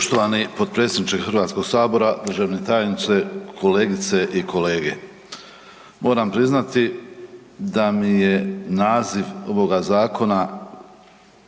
Hrvatskog sabora